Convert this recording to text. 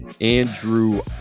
Andrew